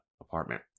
apartment